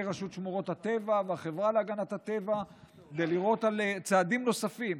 רשות שמורות הטבע והחברה להגנת הטבע כדי לראות צעדים נוספים,